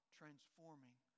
transforming